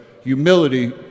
humility